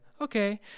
okay